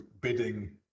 bidding